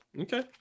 Okay